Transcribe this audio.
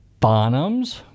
Bonhams